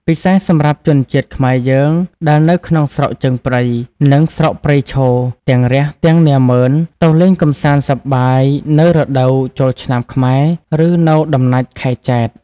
ពិសេស សម្រាប់ជនជាតិខ្មែរយើង ដែលនៅក្នុងស្រុកជើងព្រៃ និង ស្រុកព្រៃឈរ ទាំងរាស្ត្រ ទាំងនាម៉ឺន ទៅលេងកម្សាន្តសប្បាយ នៅរដូវចូលឆ្នាំខ្មែរ ឬ នៅដំណាច់ខែចេត្រ